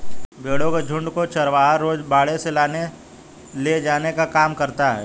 भेंड़ों के झुण्ड को चरवाहा रोज बाड़े से लाने ले जाने का काम करता है